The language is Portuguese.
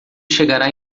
chegará